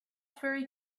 very